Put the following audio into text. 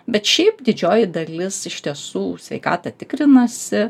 bet šiaip didžioji dalis iš tiesų sveikatą tikrinasi